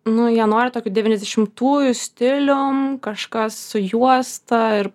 nu jie nori tokiu devyniasdešimtųjų stilium kažkas su juosta ir